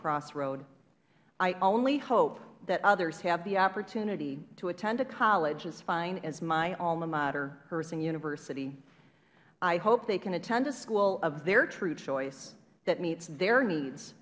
crossroad i only hope that others have the opportunity to attend a college as fine as my alma mater herzing university i hope they can attend a school of their true choice that meets their needs